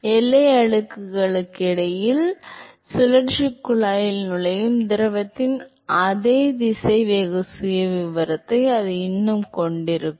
எனவே எல்லை அடுக்குகளுக்கு இடையில் சுழற்சிக் குழாயில் நுழையும் திரவத்தின் அதே திசைவேக சுயவிவரத்தை அது இன்னும் கொண்டிருக்கும்